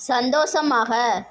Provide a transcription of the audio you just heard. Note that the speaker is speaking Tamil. சந்தோஷமாக